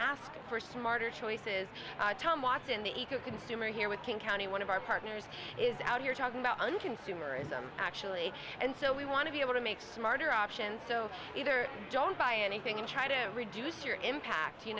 ask for smarter choices tamasin the eco consumer here with king county one of our partners is out here talking about an consumerism actually and so we want to be able to make smarter options so either don't buy anything and try to reduce your impact you